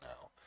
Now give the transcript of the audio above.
now